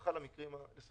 הארכה למקרים האלה.